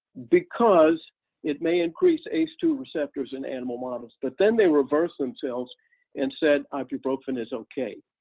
because it may increase ace two receptors in animal models, but then they reverse themselves and said ibuprofen is okay.